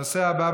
הנושא הבא,